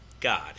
god